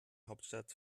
hauptstadt